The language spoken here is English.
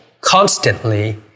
constantly